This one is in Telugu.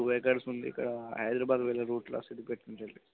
టూ ఎకర్స్ ఉంది ఇక్కడ హైదరాబాద్ వెళ్ళే రూట్లో సిద్దిపేట నుంచి వెళ్ళి